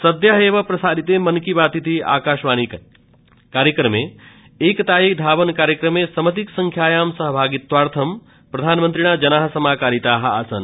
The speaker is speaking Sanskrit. सद्यः एव प्रसारिते मन की बात इति आकाशवाणी कार्यक्रमे एकताये धावनकार्यक्रमे समधिकसंख्यायां सहभागित्वार्थं प्रधानमन्त्रिणा जनाः समाकारिताः आसन्